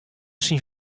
syn